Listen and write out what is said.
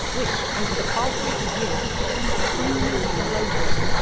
which, over the past fifty years, has become truly global.